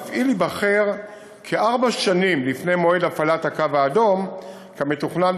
המפעיל ייבחר כארבע שנים לפני מועד הפעלת הקו האדום כמתוכנן